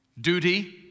duty